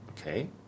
Okay